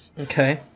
Okay